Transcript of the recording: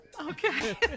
Okay